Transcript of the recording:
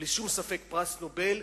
בלי שום ספק פרס נובל,